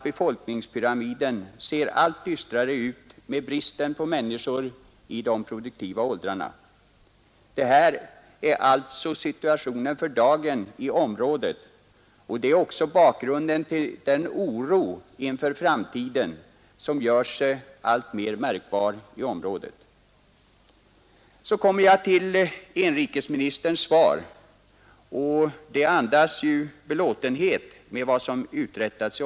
Befolkningspyramiden ser allt oförmånligare ut med brist på människor i de produktiva åldrarna. Det här är alltså situationen för dagen, och det är också bakgrunden till den oro inför framtiden som gör sig alltmer märkbar i området. Så kommer jag till inrikesministerns svar, som andas belåtenhet med vad som uträttats.